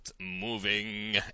moving